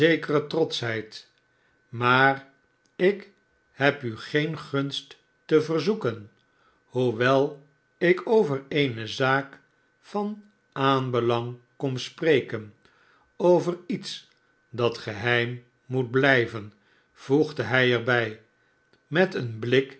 zekere trotschheid maar ik heb u geene gunst te verzoeken hoewel ik over eene zaak van aanbelang kom spreken over iets dat geheim moet blijven voegde hij er bij met een blik